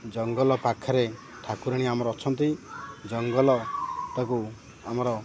ଜଙ୍ଗଲ ପାଖରେ ଠାକୁରାଣୀ ଆମର ଅଛନ୍ତି ଜଙ୍ଗଲ ତାକୁ ଆମର